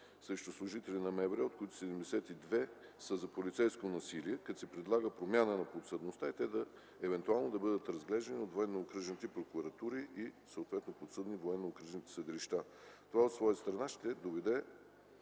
срещу служители на МВР, от които 72 са за полицейско насилие, като се предлага промяна на подсъдността и те се разглеждат от военноокръжните прокуратури, и съответно подсъдни на военноокръжните съдилища. Това от своя страна ще доведе